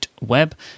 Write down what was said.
Web